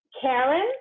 Karen